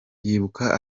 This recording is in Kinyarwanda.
yibuka